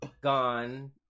Gone